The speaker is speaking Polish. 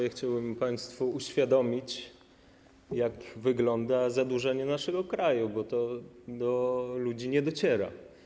Ja chciałbym państwu uświadomić, jak wygląda zadłużenie naszego kraju, bo to do ludzi nie dociera.